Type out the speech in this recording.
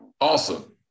Awesome